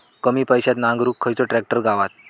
कमी पैशात नांगरुक खयचो ट्रॅक्टर गावात?